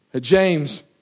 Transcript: James